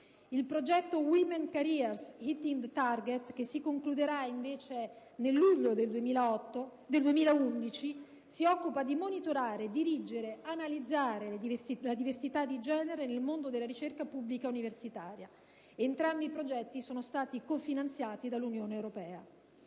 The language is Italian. il progetto «*Women Careers Hitting the Target*», che si concluderà invece a luglio 2011 e si occupa di monitorare, dirigere e analizzare la diversità di genere nel mondo della ricerca pubblica universitaria. Entrambi i progetti sono stati coofinanziati dall'Unione europea.